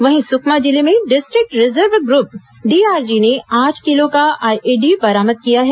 वहीं सुकमा जिले में डिस्ट्रिक्ट रिजर्व ग्रप डीआरजी ने आठ किलो का आइईडी बरामद किया है